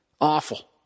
Awful